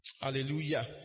Hallelujah